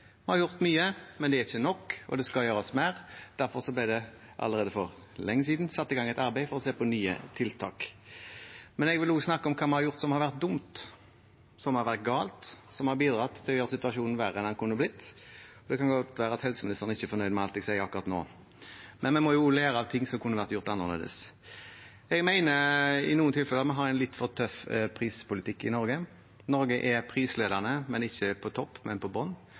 Vi har gjort mye, men det er ikke nok, og det skal gjøres mer. Derfor ble det allerede for lenge siden satt i gang et arbeid for å se på nye tiltak. Men jeg vil også snakke om hva vi har gjort som har vært dumt, som har vært galt, og som har bidratt til å gjøre situasjonen verre enn den kunne vært. Det kan godt være at helseministeren ikke er fornøyd med alt jeg sier akkurat nå, men vi må lære av ting som kunne vært gjort annerledes. Jeg mener at vi i noen tilfeller har en litt for tøff prispolitikk i Norge. Norge er prisledende – ikke på topp, men på bunn.